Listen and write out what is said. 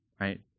Right